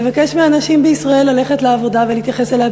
לבקש מאנשים בישראל ללכת לעבודה ולהתייחס אליה